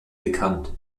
bekannt